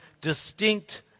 distinct